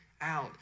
Out